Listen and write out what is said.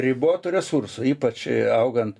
ribotų resursų ypač augant